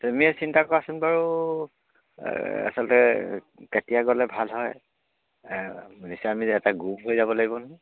তুমিয়েই চিন্তা কৰাচোন বাৰু আচলতে কেতিয়া গ'লে ভাল হয় মিছামি এটা গ্ৰুপ হৈ যাব লাগিব নহয়